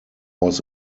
was